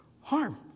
harm